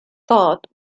thought